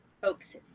folks